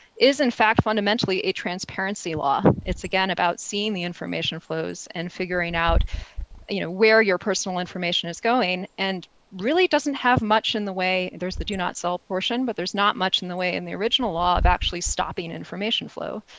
is in fact, fundamentally a transparency law it's, again, about seeing the information flows and figuring out you know where your personal information is going. and really doesn't have much in the way, there's the do not sell portion, but there's not much in the way in the original law of actually stopping information flow.